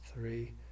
three